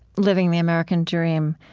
living the american dream.